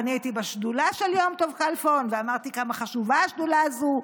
ואני הייתי בשדולה של יום טוב כלפון ואמרתי כמה חשובה השדולה הזו.